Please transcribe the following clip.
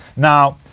now.